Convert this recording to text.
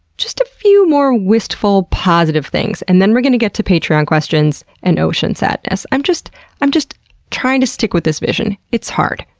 just a few more wistful, positive things, and then we're going to get to patreon questions and ocean sadness. i'm just i'm just trying to stick with this vision. it's hard.